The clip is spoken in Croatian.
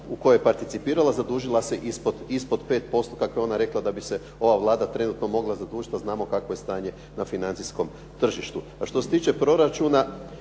u kojoj je participirala zadužila se ispod 5%, kako je ona rekla da bi se ova Vlada trenutno mogla zadužiti a znamo kakvo je stanje na financijskom tržištu. A što se tiče proračuna,